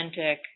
authentic